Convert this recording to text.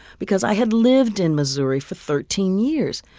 because i had lived in missouri for thirteen years,